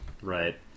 Right